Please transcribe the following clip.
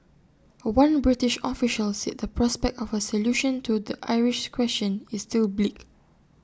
one British official said the prospect of A solution to the Irish question is still bleak